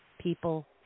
people